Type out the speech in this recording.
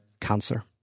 cancer